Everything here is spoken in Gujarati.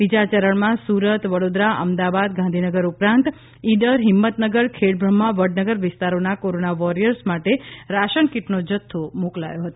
બીજા ચરણમાં સુરત વડોદરા અમદાવાદ ગાંધીનગર ઉપરાંત ઇડર હિંમતનગર ખેડબ્રહ્મા વડનગર વિસ્તારોના કોરોના વોરિયર્સ માટે રાશન કીટનો જથ્થો મોકલાયો હતો